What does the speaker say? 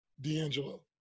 D'Angelo